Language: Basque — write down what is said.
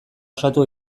osatu